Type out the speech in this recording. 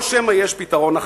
או שמא יש פתרון אחר?